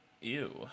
Ew